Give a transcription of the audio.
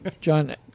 John